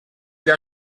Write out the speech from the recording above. der